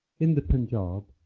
in the punjab,